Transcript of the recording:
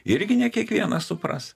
irgi ne kiekvienas supras